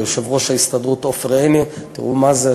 ליושב-ראש ההסתדרות עופר עיני תראו מה זה,